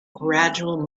gradual